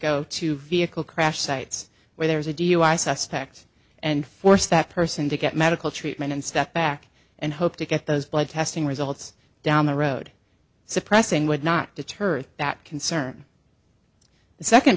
go to vehicle crash sites where there was a dui suspect and forced that person to get medical treatment and step back and hope to get those blood testing results down the road suppressing would not deter that concern the second